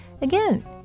Again